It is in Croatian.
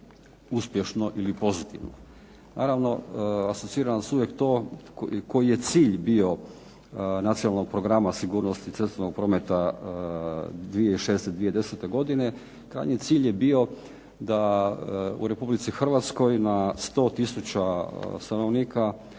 uspješno ili pozitivno.